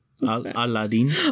Aladdin